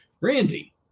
Randy